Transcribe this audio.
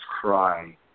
cry